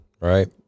right